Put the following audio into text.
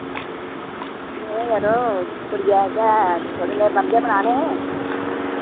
में यरो कुड़िये आस्तै थोहड़े नेह् बंधे बनाने हे